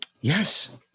Yes